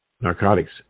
narcotics